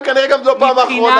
וכנראה גם זו לא הפעם האחרונה.